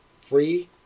free